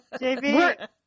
JV